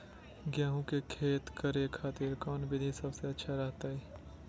गेहूं के खेती करे खातिर कौन विधि सबसे अच्छा रहतय?